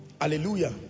Hallelujah